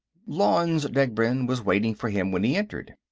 lanze degbrend was waiting for him when he entered.